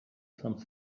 some